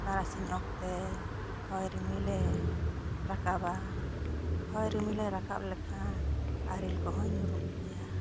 ᱛᱟᱨᱟᱥᱤᱧ ᱚᱠᱛᱮ ᱦᱚᱭ ᱨᱤᱢᱤᱞ ᱮ ᱨᱟᱠᱟᱵᱟ ᱦᱚᱭ ᱨᱤᱢᱤᱞ ᱮ ᱨᱟᱠᱟᱵ ᱞᱮᱠᱷᱟᱱ ᱟᱨᱮᱞ ᱠᱚᱦᱚᱸ ᱧᱩᱨᱩᱜ ᱜᱮᱭᱟ